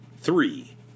three